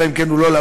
אלא אם כן הוא למד,